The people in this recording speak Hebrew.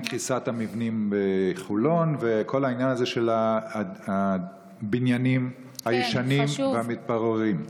קריסת המבנים בחולון וכל העניין הזה של הבניינים הישנים והמתפוררים.